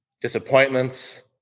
disappointments